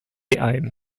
ein